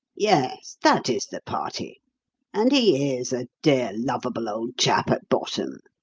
yes, that is the party and he is a dear, lovable old chap at bottom.